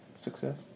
success